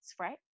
right